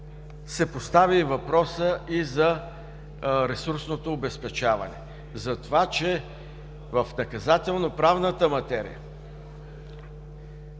се постави въпросът и за ресурсното обезпечаване, затова че в наказателно-правната материя